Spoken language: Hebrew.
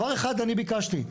ודבר אחד אני ביקשתי,